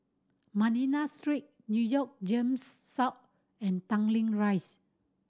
Manila Street Newton GEMS South and Tanglin Rise